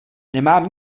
nemám